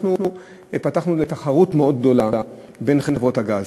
אנחנו פתחנו את השוק לתחרות מאוד גדולה בין חברות הגז,